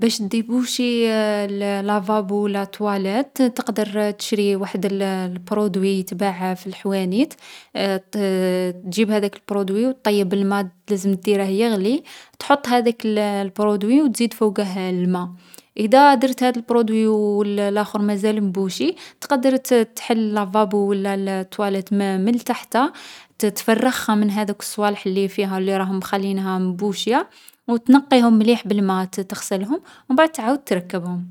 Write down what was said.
باش ديبوشي لـ لافابو و لا تواليت، تقدر تشري وحد الـ البرودوي يتباع في الحوانيت. تـ تجيب هاذاك البرودوي و طيّب الما لازم ديره يغلي تحط هاذاك الـ البرودوي و تزيد فوقه الما. ادا درت هاد البرودوي و الـ لاخر مازال مبوشي، تقدر تـ تحل لافابو و لا الـ تواليت مـ من تحتا تفرغها من هاذوك الصوالح لي فيها مخليينها مبوشية. و تنقيهم مليح بالما، تـ تغسلهم و مبعد تعاود تركبهم.